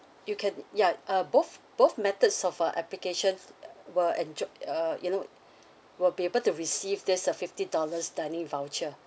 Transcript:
you can ya uh both both methods of uh applications will enjoy~ uh you know will be able to receive this uh fifty dollars dining voucher